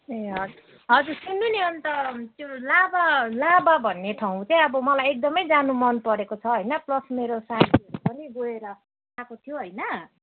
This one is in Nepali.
ए हजुर हजुर सुन्नु नि अन्त त्यो लाभा लाभा भन्ने ठाउँ चाहिँ अब मलाई एकदमै जानु मनपरेको छ होइन प्लस मेरो साथीहरू पनि गएर आएको थियो होइन